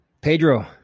Pedro